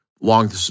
Long